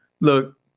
Look